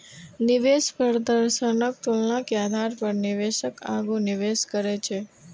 निवेश प्रदर्शनक तुलना के आधार पर निवेशक आगू निवेश करै छै